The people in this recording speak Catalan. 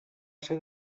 ser